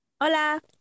Hola